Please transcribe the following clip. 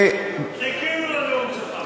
חיכינו לנאום שלך.